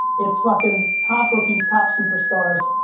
it's fucking top rookies, top superstars,